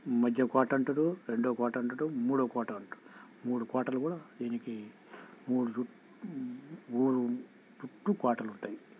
మధ్య కోట అంటారు రెండవ కోట అంటారు మూడవ కోట అంటారు మూడు కోటలు కూడా దీనికి మూడు చుట్ ఊరు చుట్టూ కోటలుంటాయి